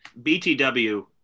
BTW